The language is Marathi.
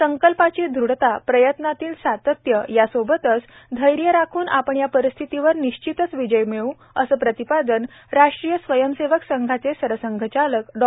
संकल्पाची दृढता प्रयत्नातील सातत्य यासोबतच धैर्य राखून आपण या परिस्थितीवर निश्चित विजय मिळवू असे प्रतिपादन राष्ट्रीय स्वयंसेवक संघाचे सरसंघचालक डॉ